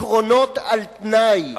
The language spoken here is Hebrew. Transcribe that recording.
עקרונות על-תנאי,